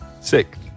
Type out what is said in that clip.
Six